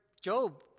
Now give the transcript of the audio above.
Job